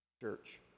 church